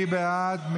מי בעד?